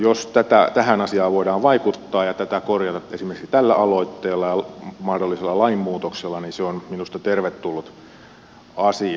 jos tähän asiaan voidaan vaikuttaa ja tätä korjata esimerkiksi tällä aloitteella ja mahdollisella lainmuutoksella niin se on minusta tervetullut asia